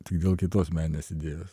tik dėl kitos meninės idėjos